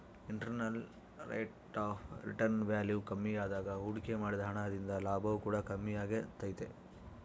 internal rate of return value ಕಮ್ಮಿಯಾದಾಗ ಹೂಡಿಕೆ ಮಾಡಿದ ಹಣ ದಿಂದ ಲಾಭವು ಕೂಡ ಕಮ್ಮಿಯಾಗೆ ತೈತೆ